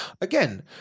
again